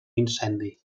incendi